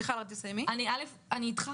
אני לא שרה